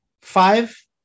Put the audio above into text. five